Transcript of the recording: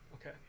Okay